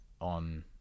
on